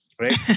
right